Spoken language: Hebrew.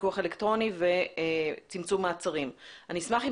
פיקוח אלקטרוני וצמצום מעצרים ואני אשמח אם